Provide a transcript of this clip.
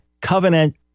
Covenant